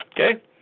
Okay